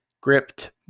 gripped